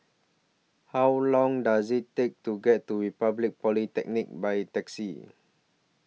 How Long Does IT Take to get to Republic Polytechnic By Taxi